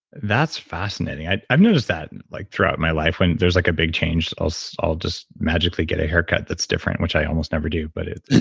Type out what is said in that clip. that's fascinating. i've i've noticed that and like throughout my life when there's like a big change, i'll so i'll just magically get a haircut that's different, which i almost never do but so